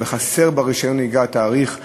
וחסר ברישיון הנהיגה התאריך היהודי,